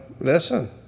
listen